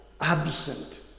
absent